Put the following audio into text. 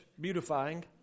beautifying